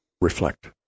reflect